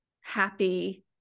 happy